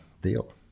deal